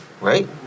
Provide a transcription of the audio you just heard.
right